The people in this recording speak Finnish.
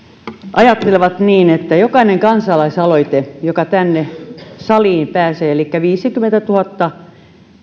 ajattelevat niin että jokainen kansalaisaloite joka tänne saliin pääsee elikkä viisikymmentätuhatta